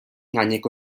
gaineko